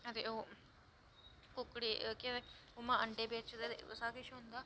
अदे ओह् कुक्कड़ी केह् आखदे केह् उमां अंड़े बेचदे सारा किश होंदा